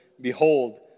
behold